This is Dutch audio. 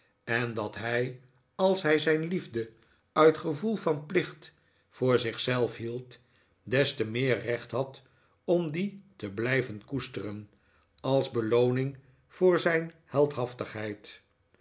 en dat hij als hij zijn liefde uit gevoel van plicht voor zich zelf hield des te meer recht had om die te blijven koesteren als belooning voor zijn heldhaftigheid